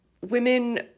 women